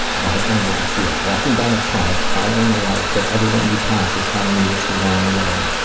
about her anorexia, walking down a tunnel following a light, but everyone you pass is telling you it's the wrong way,